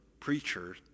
preacher